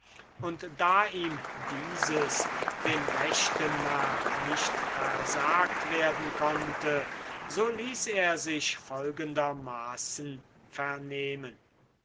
und da ihm dieses den rechten nach nicht versagt werden konnte so ließ er sich folgendermaßen vernehmen